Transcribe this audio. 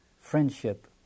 friendship